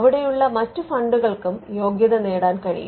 അവിടെയുള്ള മറ്റ് ഫണ്ടുകൾക്കും യോഗ്യത നേടാൻ കഴിയും